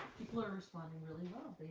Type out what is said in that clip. people are responding really